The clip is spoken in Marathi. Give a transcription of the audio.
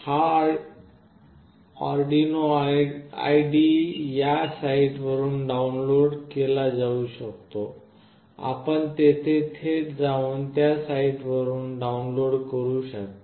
हा अर्डिनो आयडीई या साइट वरून डाउनलोड केला जाऊ शकतो आपण तेथे थेट जाऊन त्या साइट वरून डाउनलोड करू शकता